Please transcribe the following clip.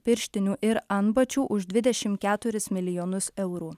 pirštinių ir antbačių už dvidešimt keturis milijonus eurų